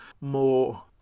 more